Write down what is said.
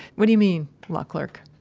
what do you mean law clerk?